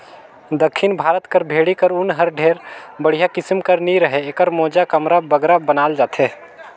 दक्खिन भारत कर भेंड़ी कर ऊन हर ढेर बड़िहा किसिम कर नी रहें एकर मोजा, कमरा बगरा बनाल जाथे